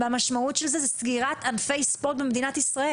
והמשמעות של זה היא סגירת ענפי ספורט במדינת ישראל.